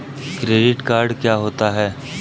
Credit card क्या होता है?